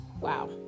Wow